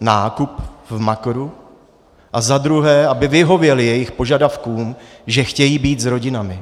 nákup v Makru, a za druhé, aby vyhověli jejich požadavkům, že chtějí být s rodinami.